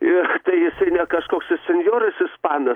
ir tai ne kažkoks tai senjoras ispanas